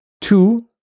two